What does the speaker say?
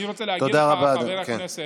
אני רוצה להגיד לך, חבר הכנסת,